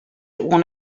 one